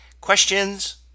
questions